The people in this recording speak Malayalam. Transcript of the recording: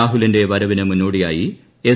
രാഹുലിന്റെ വരവിനു മുന്നോടിയായി എസ്